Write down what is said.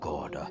God